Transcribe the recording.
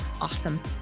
awesome